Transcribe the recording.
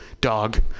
dog